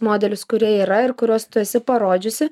modelius kurie yra ir kuriuos tu esi parodžiusi